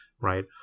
right